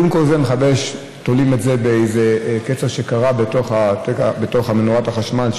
ועם כל זה מכבי האש תולים את זה באיזה קצר שקרה בתוך מנורת החשמל,